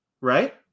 right